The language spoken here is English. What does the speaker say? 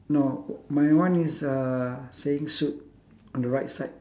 no my one is uh saying shoot on the right side